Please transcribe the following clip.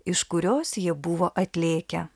iš kurios jie buvo atlėkę